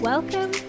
Welcome